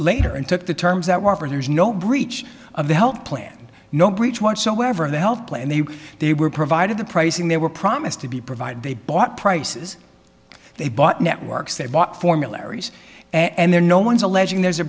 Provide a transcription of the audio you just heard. later and took the terms that were offered there's no breach of the health plan no breach whatsoever of the health plan they they were provided the pricing they were promised to be provided they bought prices they bought networks they bought formularies and they're no one's alleging there's a